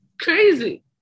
crazy